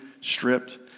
stripped